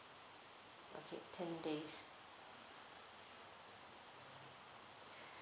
okay ten days